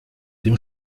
dem